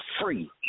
free